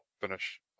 finish